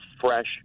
fresh